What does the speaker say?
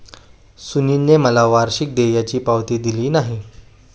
सुनीलने मला वार्षिक देयाची पावती दिली नाही